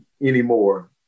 anymore